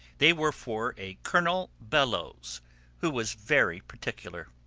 they were for a colonel bellowes who was very particular.